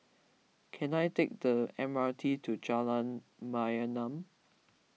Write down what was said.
can I take the M R T to Jalan Mayaanam